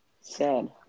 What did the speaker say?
Sad